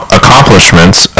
accomplishments